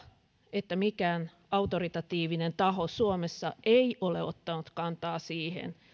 että mikään autoritatiivinen taho suomessa ei ole ottanut kantaa siihen